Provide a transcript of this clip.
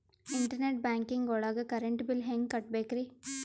Internet banking ಒಳಗ್ current bill ಹೆಂಗ್ ಕಟ್ಟ್ ಬೇಕ್ರಿ?